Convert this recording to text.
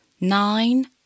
nine